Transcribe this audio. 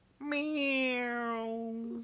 Meow